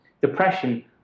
depression